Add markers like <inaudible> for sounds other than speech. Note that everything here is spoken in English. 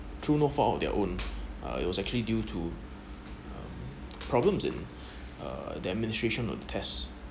true no fault of their own uh it was actually due to problems in <breath> uh the administration of test